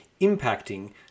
impacting